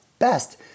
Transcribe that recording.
best